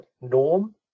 norm